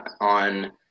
on